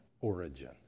origin